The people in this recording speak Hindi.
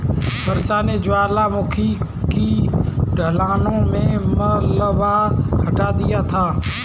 वर्षा ने ज्वालामुखी की ढलानों से मलबा हटा दिया था